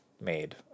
made